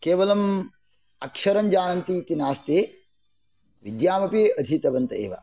केवलम् अक्षरं जानन्ति इति नास्ति विद्यामपि अधीतवन्त एव